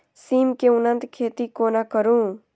सिम केँ उन्नत खेती कोना करू?